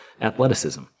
athleticism